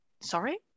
sorry